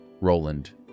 Roland